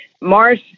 Mars